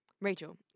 Rachel